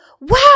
wow